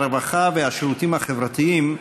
הרווחה והשירותים החברתיים,